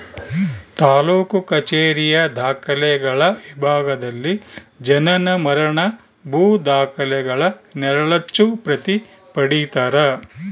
ತಾಲೂಕು ಕಛೇರಿಯ ದಾಖಲೆಗಳ ವಿಭಾಗದಲ್ಲಿ ಜನನ ಮರಣ ಭೂ ದಾಖಲೆಗಳ ನೆರಳಚ್ಚು ಪ್ರತಿ ಪಡೀತರ